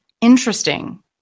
interesting